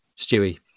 Stewie